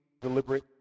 deliberate